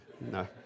No